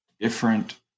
different